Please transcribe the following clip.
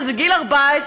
שזה גיל 14,